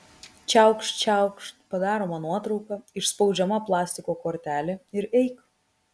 čiaukšt čiaukšt padaroma nuotrauka išspaudžiama plastiko kortelė ir eik